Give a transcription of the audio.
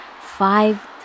five